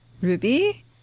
Ruby